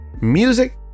music